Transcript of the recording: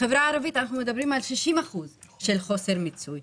בחברה הערבית אנחנו מדברים על 60 אחוזים של חוסר מיצוי.